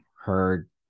heard